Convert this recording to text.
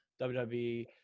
WWE